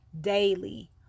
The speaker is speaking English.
Daily